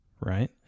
Right